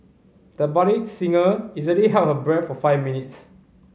the budding singer easily held her breath for five minutes